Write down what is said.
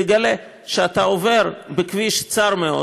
תגלה שאתה עובר בכביש צר מאוד,